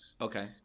Okay